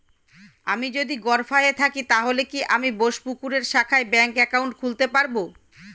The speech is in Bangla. আমি যদি গরফায়ে থাকি তাহলে কি আমি বোসপুকুরের শাখায় ব্যঙ্ক একাউন্ট খুলতে পারবো?